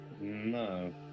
No